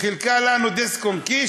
חילקה לנו דיסק-און-קי,